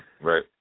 Right